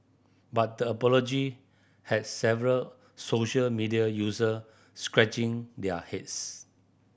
but the apology had several social media user scratching their heads